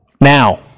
Now